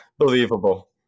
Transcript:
believable